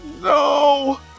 No